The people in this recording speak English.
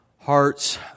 hearts